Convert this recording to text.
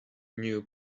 knew